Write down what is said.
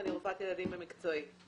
אני רופאת ילדים במקצועי.